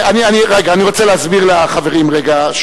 טוב, אבל, רגע, אני רוצה להסביר לחברים רגע.